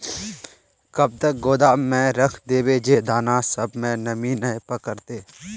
कब तक गोदाम में रख देबे जे दाना सब में नमी नय पकड़ते?